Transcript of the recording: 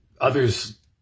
others